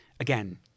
again